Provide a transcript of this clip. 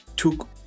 Took